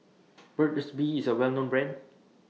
Burt's Bee IS A Well known Brand